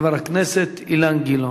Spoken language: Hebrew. חבר הכנסת אילן גילאון,